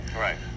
Right